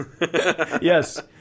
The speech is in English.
yes